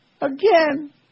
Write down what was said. Again